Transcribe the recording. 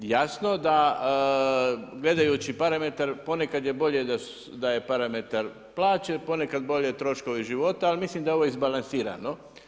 Jasno da gledajući parametar ponekad je bolje da je parametar plaće, ponekad bolje troškovi života ali mislim da je ovo izbalansirano.